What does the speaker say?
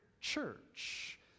church